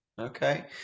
Okay